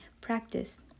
practice